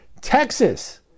Texas